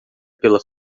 pela